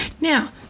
now